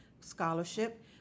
scholarship